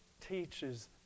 teaches